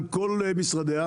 על כול משרדיה,